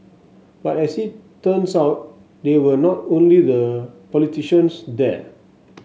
but as it turns out they were not the only politicians there